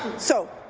so,